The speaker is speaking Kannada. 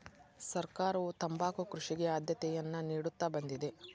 ಸರ್ಕಾರವು ತಂಬಾಕು ಕೃಷಿಗೆ ಆದ್ಯತೆಯನ್ನಾ ನಿಡುತ್ತಾ ಬಂದಿದೆ